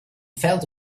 felt